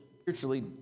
spiritually